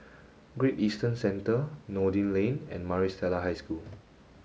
great Eastern Centre Noordin Lane and Maris Stella High School